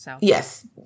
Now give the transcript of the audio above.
Yes